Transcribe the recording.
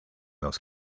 those